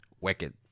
Wicked